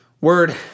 word